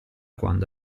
quando